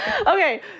Okay